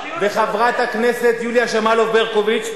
וחברת הכנסת יוליה שמאלוב-ברקוביץ,